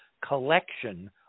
collection